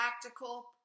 practical